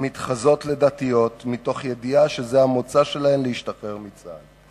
המתחזות לדתיות מתוך ידיעה שזה המוצא שלהן להשתחרר מצה"ל.